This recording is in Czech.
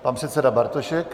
Pan předseda Bartošek.